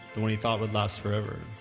the one he thought would last forever.